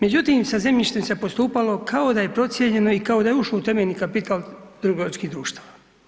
Međutim, sa zemljištem se postupalo kao da je procijenjeno i kao da je ušlo u temeljni kapital trgovačkih društava.